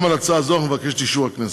גם להצעה זו אנחנו נבקש את אישור הכנסת.